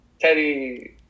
Teddy